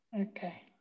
Okay